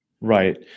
Right